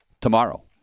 tomorrow